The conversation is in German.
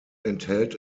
enthält